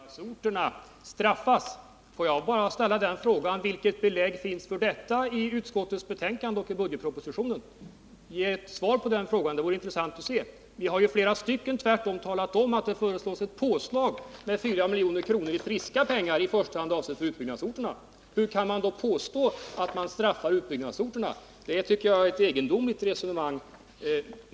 Herr talman! Det är helt felaktigt, Christer Nilsson, att påstå att utbyggnadsorterna straffas. Får jag bara ställa frågan: Vilka belägg finns det för detta i utskottets betänkande och i budgetpropositionen? Det vore intressant att få ett svar på den frågan. Det är ju tvärtom så, som flera talare har framhållit, att det föreslås 4 milj.kr. i friska pengar till i första hand utbyggnadsorterna. Hur kan man då påstå att dessa blir bestraffade? Det är milt uttryckt ett egendomligt resonemang.